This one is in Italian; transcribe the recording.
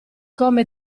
come